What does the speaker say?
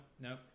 no